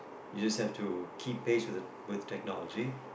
you just have to keep pace with the with technology